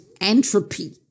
entropy